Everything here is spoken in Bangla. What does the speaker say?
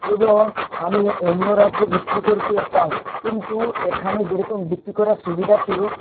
এবং আমি অন্য রাজ্যে বিক্রি করতে যেতাম কিন্তু এখানে যেরকম বিক্রি করার সুবিধা ছিলো